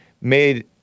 made